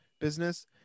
business